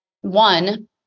one